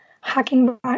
hacking